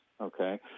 okay